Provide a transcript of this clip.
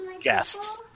guests